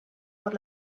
por